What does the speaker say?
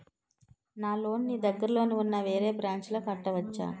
నా లోన్ నీ దగ్గర్లోని ఉన్న వేరే బ్రాంచ్ లో కట్టవచా?